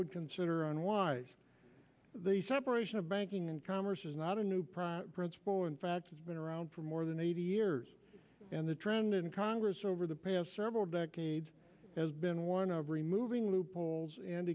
would consider unwise the separation of banking and commerce is not a new prime and fats it's been around for more than eighty years and the trend in congress over the past several decades has been one of removing loopholes and